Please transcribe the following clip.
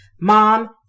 mom